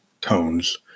tones